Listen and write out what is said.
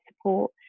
support